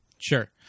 Sure